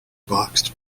boxed